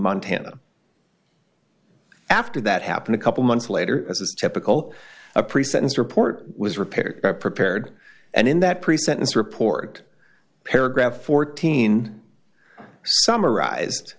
montana after that happened a couple months later as is typical a pre sentence report was repaired prepared and in that pre sentence report paragraph fourteen summarized